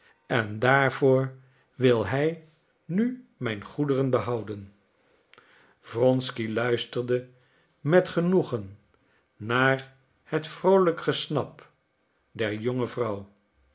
was en daarvoor wil hij nu mijn goederen behouden wronsky luisterde met genoegen naar het vroolijk gesnap der jonge vrouw